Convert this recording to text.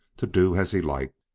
to do as he liked.